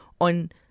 on